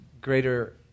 greater